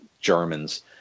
Germans